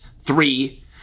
Three